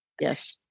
Yes